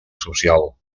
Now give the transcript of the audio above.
social